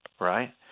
right